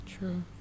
True